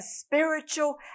spiritual